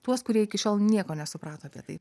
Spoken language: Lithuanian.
tuos kurie iki šiol nieko nesuprato apie tai